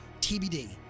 TBD